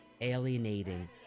alienating